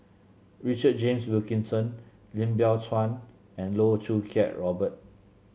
Richard James Wilkinson Lim Biow Chuan and Loh Choo Kiat Robert